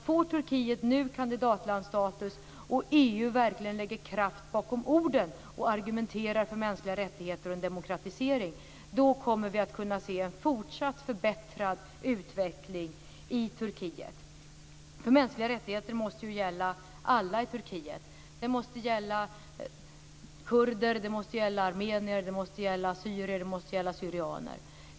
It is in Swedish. Om Turkiet skulle få kandidatlandsstatus och EU verkligen skulle lägga kraft bakom orden och argumentera för mänskliga rättigheter och en demokratisering, skulle vi komma att se en fortsatt förbättrad utveckling i Turkiet. Mänskliga rättigheter måste ju gälla för alla i Turkiet. De måste gälla för kurder, för armenier, för assyrier och för syrianer.